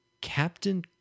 Captain